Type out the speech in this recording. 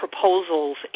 proposals